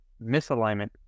misalignment